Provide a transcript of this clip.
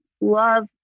love